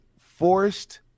forced